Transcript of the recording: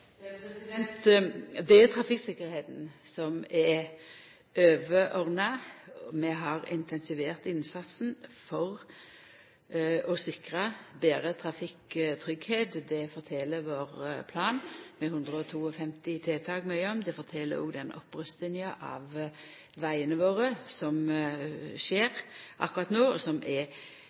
er det overordna. Vi har intensivert innsatsen for å sikra betre trafikktryggleik. Det fortel planen vår, med 152 tiltak, mykje om. Det fortel òg den opprustinga av vegane våre som skjer akkurat no, og som er